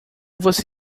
você